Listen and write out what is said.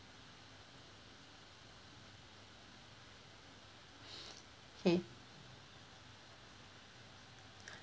okay